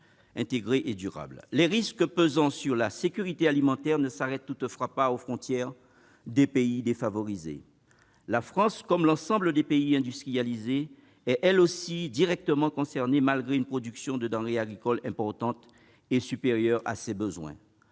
Les risques pesant sur la sécurité alimentaire ne s'arrêtent toutefois pas aux frontières des pays défavorisés. La France, comme l'ensemble des pays industrialisés, est elle aussi directement concernée, malgré une production de denrées agricoles importante et supérieure à ses besoins.